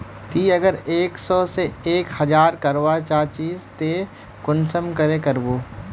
ती अगर एक सो से एक हजार करवा चाँ चची ते कुंसम करे करबो?